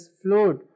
float